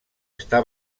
està